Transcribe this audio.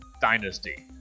Dynasty